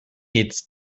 its